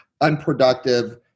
unproductive